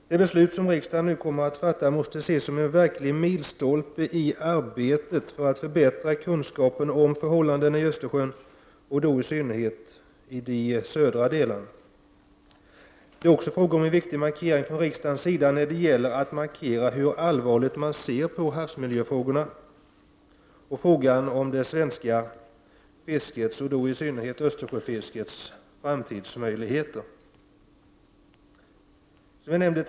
Det beslut som riksdagen nu kommer att fatta måste ses som en verklig milstolpe i arbetet för att förbättra kunskapen om förhållandena i Östersjön, och då i synnerhet i de södra delarna. Det är också viktigt för riksdagen att markera hur allvarligt man ser på havsmiljöfrågorna och frågan om det svenska fiskets framtidsmöjligheter, och då i synnerhet Östersjöfiskets möjligheter i framtiden.